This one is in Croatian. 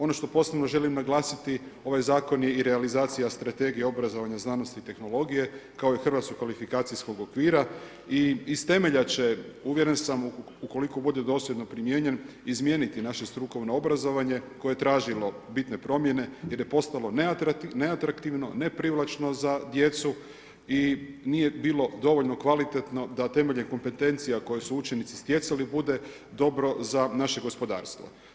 Ono što posebno želim naglasiti ovaj zakon je i realizacija Strategije obrazovanja, znanosti i tehnologije kao i HKO-a i iz temelja će uvjeren sam ukoliko bude dosljedno primijenjen izmijeniti naše strukovno obrazovanje koje je tražilo bitne promjene jer je postalo ne atraktivno, neprivlačno za djecu i nije bilo dovoljno kvalitetno da temeljem kompetencija koje su učenici stjecali bude dobro za naše gospodarstvo.